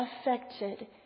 affected